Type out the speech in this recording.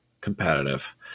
competitive